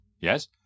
Yes